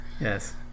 Yes